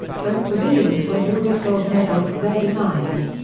both pavilions were awarded gold medals for their designs.